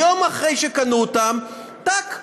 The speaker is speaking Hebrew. יום אחרי שקנו אותם, טאק.